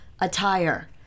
attire